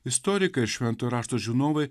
istorikai ir švento rašto žinovai